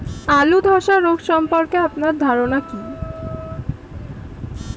আলু ধ্বসা রোগ সম্পর্কে আপনার ধারনা কী?